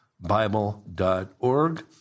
bible.org